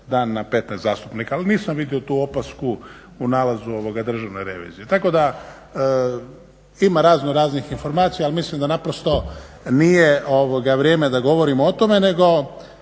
dan na 15 zastupnika. Ali nisam vidio tu opasku u nalazu Državne revizije. Tako da ima raznoraznih informacija ali mislim da nije vrijeme da govorimo o tome nego